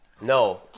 No